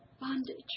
bondage